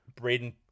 Braden